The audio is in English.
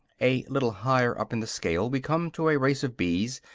a little higher up in the scale we come to a race of bees,